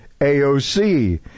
AOC